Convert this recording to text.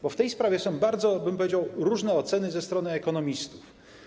Bo w tej sprawie są bardzo, powiedziałbym, różne oceny ze strony ekonomistów.